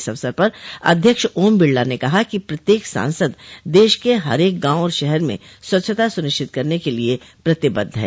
इस अवसर पर अध्यक्ष ओम बिड़ला ने कहा कि प्रत्येक सांसद देश के हरेक गांव और शहर में स्वच्छता सुनिश्चित करने के लिए प्रतिबद्ध है